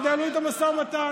ינהלו איתו משא ומתן.